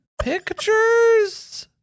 pictures